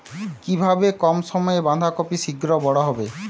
কিভাবে কম সময়ে বাঁধাকপি শিঘ্র বড় হবে?